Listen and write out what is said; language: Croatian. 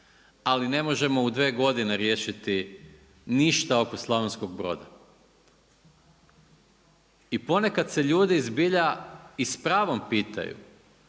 ali ne možemo u dve godine riješiti ništa oko Slavonskog Broda. I ponekad se ljudi zbilja i s pravom pitaju